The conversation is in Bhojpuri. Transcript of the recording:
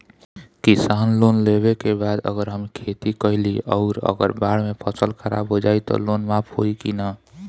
किसान लोन लेबे के बाद अगर हम खेती कैलि अउर अगर बाढ़ मे फसल खराब हो जाई त लोन माफ होई कि न?